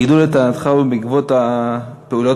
הגידול לטענתך הוא בעקבות הפעולות,